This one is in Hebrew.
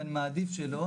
אבל אני מעדיף שלא,